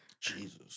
Jesus